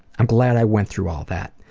i'm glad i went through all that.